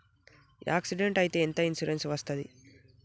Accident అయితే ఎంత insurance వస్తది?